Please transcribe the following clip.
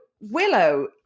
Willow